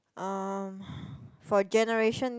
um for generation